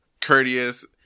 courteous